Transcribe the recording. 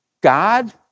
God